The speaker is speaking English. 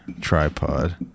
tripod